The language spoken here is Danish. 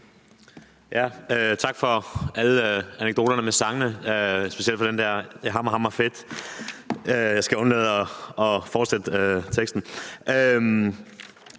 Tak for alle anekdoterne om sangene, specielt den der om, at det er »Hammer hammer fedt«, og jeg skal undlade at fortsætte teksten.